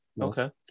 Okay